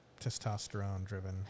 Testosterone-driven